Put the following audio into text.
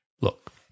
Look